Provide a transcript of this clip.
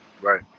Right